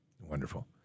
wonderful